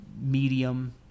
medium